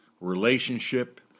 relationship